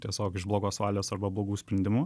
tiesiog iš blogos valios arba blogų sprendimų